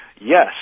Yes